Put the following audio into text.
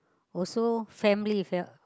also family fa~